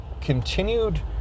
continued